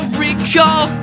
recall